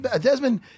Desmond